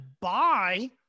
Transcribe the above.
buy